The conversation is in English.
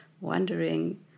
wondering